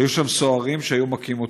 היו שם סוהרים שהיו מכים אותנו.